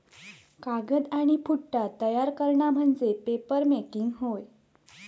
कागद आणि पुठ्ठा तयार करणा म्हणजे पेपरमेकिंग होय